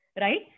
right